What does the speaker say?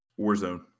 Warzone